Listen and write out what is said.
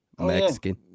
Mexican